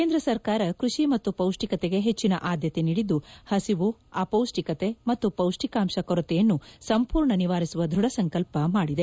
ಕೇಂದ್ರ ಸರ್ಕಾರ ಕೃಷಿ ಮತ್ತು ಪೌಷ್ಟಿಕತೆಗೆ ಹೆಚ್ಚಿನ ಆದ್ಯತೆ ನೀಡಿದ್ದು ಹಸಿವು ಅಪೌಷ್ಟಿಕತೆ ಮತ್ತು ಪೌಷ್ಟಿಕಾಂಶ ಕೊರತೆಯನ್ನು ಸಂಪೂರ್ಣ ನಿವಾರಿಸುವ ದೃಢಸಂಕಲ್ಪ ಮಾಡಿದೆ